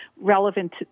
relevant